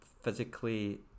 physically